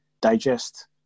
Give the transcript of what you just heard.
digest